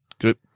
group